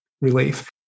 relief